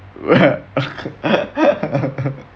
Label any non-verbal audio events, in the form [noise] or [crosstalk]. [laughs]